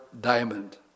diamond